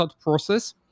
process